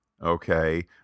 okay